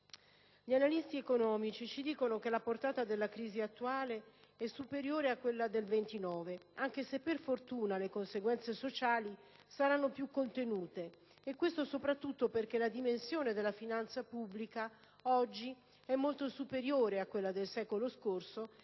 Gli analisti economici ci dicono che la portata della crisi attuale è superiore a quella del 1929, anche se per fortuna le conseguenze sociali saranno più contenute, soprattutto perché la dimensione della finanza pubblica è oggi molto superiore a quella del secolo scorso